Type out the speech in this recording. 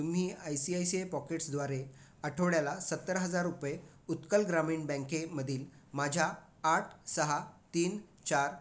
तुम्ही I C I C I पॉकेट्सद्वारे आठवड्याला सत्तर हजार रुपये उत्कल ग्रामीण बँकेमधील माझ्या आठ सहा तीन चार